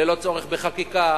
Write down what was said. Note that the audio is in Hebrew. ללא צורך בחקיקה,